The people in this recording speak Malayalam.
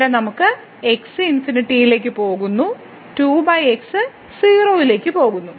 ഇവിടെ നമുക്ക് x ∞ ലേക്ക് പോകുന്നു 2 x 0 ലേക്ക് പോകുന്നു